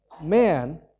man